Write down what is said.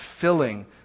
filling